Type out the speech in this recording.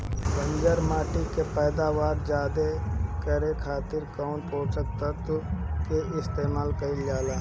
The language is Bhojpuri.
बंजर माटी के पैदावार ज्यादा करे खातिर कौन पोषक तत्व के इस्तेमाल कईल जाला?